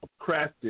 crafted